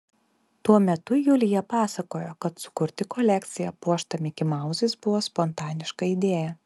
tuo metu julija pasakojo kad sukurti kolekciją puoštą mikimauzais buvo spontaniška idėja